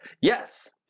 Yes